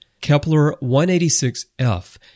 Kepler-186f